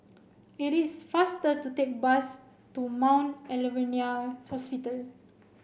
it is faster to take bus to Mount Alvernia Hospital